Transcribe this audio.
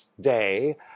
day